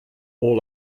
all